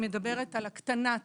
היא מדברת על הקטנת